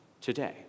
today